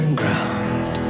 ground